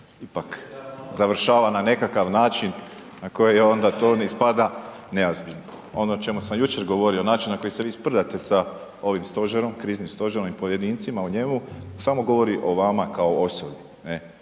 ipak završava na nekakav način na koji onda to ne ispada neozbiljno. Ono o čemu sam jučer govorio, način na koji se vi sprdate sa ovim stožerom, kriznim stožerom i pojedincima u njemu to samo govori o vama kao osobi,